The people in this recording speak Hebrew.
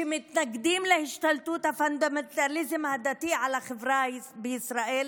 שמתנגדים להשתלטות הפונדמנטליזם הדתי על החברה בישראל,